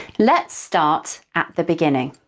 let's start at the beginning.